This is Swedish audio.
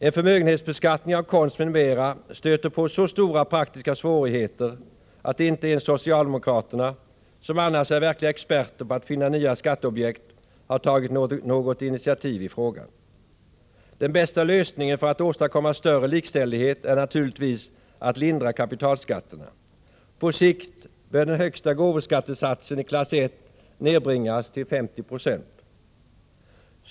En förmögenhetsbeskattning av konst m.m. stöter på så stora praktiska svårigheter att inte ens socialdemokraterna, som annars är verkliga experter på att finna nya skatteobjekt, har tagit något initiativ i frågan. Den bästa lösningen för att åstadkomma större likställighet är naturligtvis att lindra kapitalskatterna. På sikt bör den högsta gåvoskattesatsen i klass I nedbringas till 50 96.